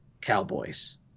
cowboys